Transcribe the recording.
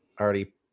already